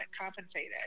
compensated